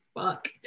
Fuck